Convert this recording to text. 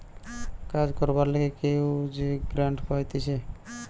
কাজ করবার লিগে কেউ যে গ্রান্ট পাইতেছে